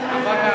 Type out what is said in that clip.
ההצעה